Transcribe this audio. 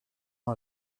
ans